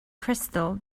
crystal